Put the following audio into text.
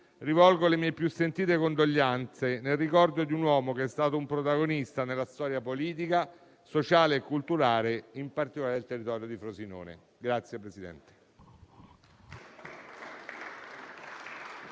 rivolgo le mie più sentite condoglianze, nel ricordo di un uomo che è stato un protagonista nella storia politica, sociale e culturale in particolare del territorio di Frosinone.